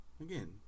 again